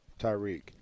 Tyreek